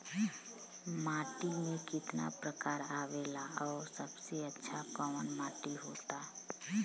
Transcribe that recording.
माटी के कितना प्रकार आवेला और सबसे अच्छा कवन माटी होता?